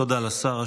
תודה לשר.